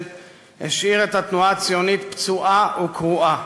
השאיר את התנועה הציונית פצועה וקרועה.